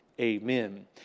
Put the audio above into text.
amen